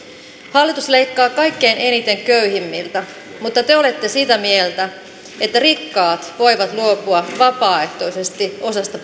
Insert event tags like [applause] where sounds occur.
hallitus leikkaa kaikkein eniten köyhimmiltä mutta te olette sitä mieltä että rikkaat voivat luopua vapaaehtoisesti osasta [unintelligible]